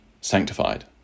sanctified